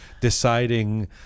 deciding